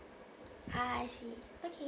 ah I see okay